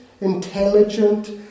intelligent